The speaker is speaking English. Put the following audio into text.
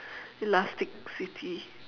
elasticity